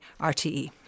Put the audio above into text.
rte